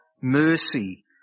mercy